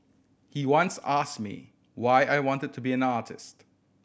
he once ask me why I wanted to be an artist